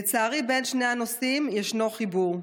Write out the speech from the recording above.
לצערי, בין שני הנושאים יש חיבור.